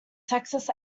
texas